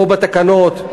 או בתקנות,